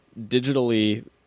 digitally